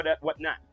whatnot